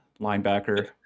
linebacker